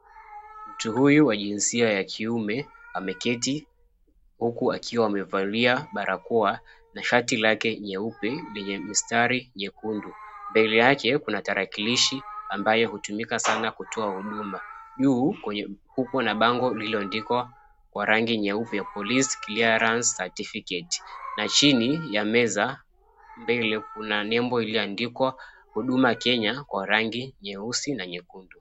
Mtu huyu wa jinsia ya kiume ameketi huku akiwa amevalia barakoa na shati lake nyeupe lenye mistari nyekundu. Mbele yake kuna tarakilishi ambayo hutumika sana kutoa huduma. Juu kwenye kuko na bango lililoandikwa kwa rangi nyeupe, Police Clearance Certificate, na chini ya meza mbele kuna nembo iliyoandikwa, Huduma Kenya kwa rangi nyeupe na nyekundu.